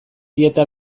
dieta